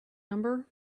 number